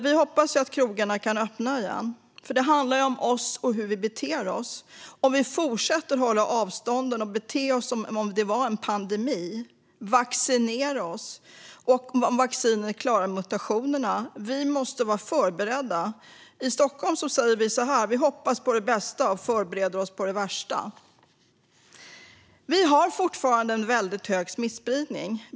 Vi hoppas att krogarna kan öppna igen. Det handlar ju om oss och hur vi beter oss - om att vi fortsätter att hålla avstånd och bete oss som i en pandemi. Det handlar också om att vi vaccinerar oss och om att vaccinet klarar mutationerna. Vi måste vara förberedda. I Stockholm säger vi så här: Vi hoppas på det bästa och förbereder oss på det värsta. Vi har fortfarande en väldigt hög smittspridning.